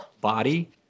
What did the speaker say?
body